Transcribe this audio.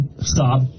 stop